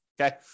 Okay